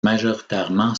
majoritairement